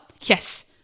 Yes